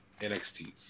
NXT